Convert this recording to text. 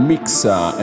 Mixer